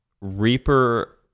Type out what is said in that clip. reaper